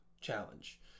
challenge